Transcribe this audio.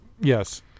Yes